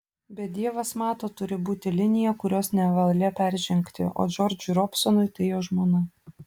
bet dievas mato turi būti linija kurios nevalia peržengti o džordžui robsonui tai jo žmona